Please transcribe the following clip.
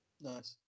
nice